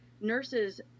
nurses